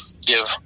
give